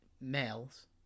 males